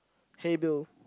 hey Bill